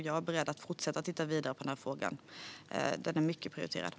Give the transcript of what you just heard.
Jag är beredd att fortsätta att titta vidare på frågan. Den är mycket prioriterad.